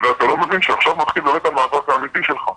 ואתה לא מבין שעכשיו מתחיל המאבק האמיתי שלך.